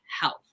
health